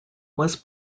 was